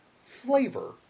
flavor